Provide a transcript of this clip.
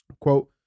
quote